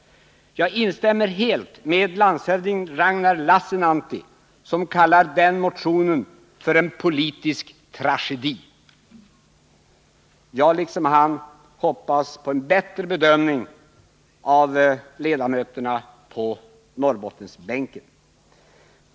Jag instämmer helt med landshövding Ragnar Lassinantti, som kallar den motionen för en politisk tragedi. Jag liksom han hoppas på en bättre bedömning av ledamöterna på Norrbottensbänken.